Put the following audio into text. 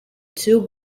two